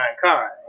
car